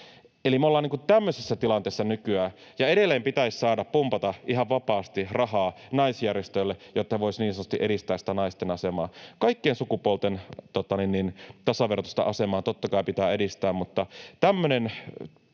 Eli me ollaan tämmöisessä tilanteessa nykyään. Ja edelleen pitäisi saada pumpata ihan vapaasti rahaa naisjärjestöille, jotta ne voisivat niin sanotusti edistää sitä naisten asemaa. Kaikkien sukupuolten tasavertaista asemaa, totta kai, pitää edistää, mutta tämmöinen